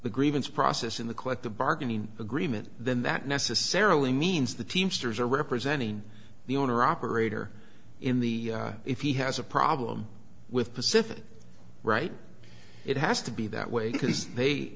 grievance process in the collective bargaining agreement then that necessarily means the teamsters are representing the owner operator in the if he has a problem with pacific right it has to be that way because they